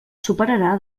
superarà